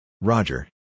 Roger